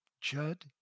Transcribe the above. Judd